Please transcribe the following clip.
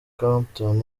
clapton